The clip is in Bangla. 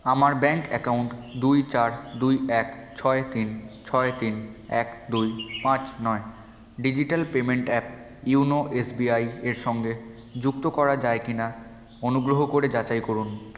আমার ব্যাঙ্ক অ্যাকাউন্ট দুই চার দুই এক ছয় তিন ছয় তিন এক দুই পাঁচ নয় digital payment app YONO SBI এর সঙ্গে যুক্ত করা যায় কি না অনুগ্রহ করে যাচাই করুন